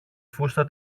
φούστα